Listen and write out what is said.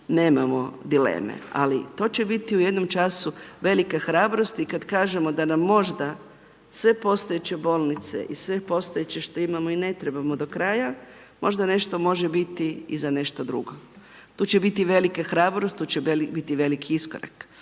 nemamo dileme ali to će biti u jednom času velika hrabrost. I kad kažemo da nam možda sve postojeće bolnice i sve postojeće što imamo i ne trebamo do kraja, možda nešto može biti i za nešto drugo. Tu će biti velika hrabrost, tu će biti veliki iskorak.